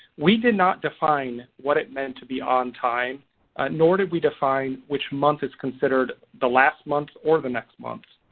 we did not define what it meant to be on time nor did we define which month is considered the last month or the next month.